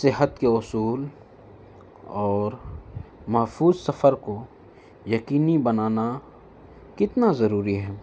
صحت کے اصول اور محفوظ سفر کو یقینی بنانا کتنا ضروری ہے